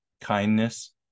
kindness